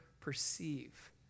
perceive